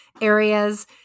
areas